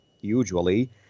usually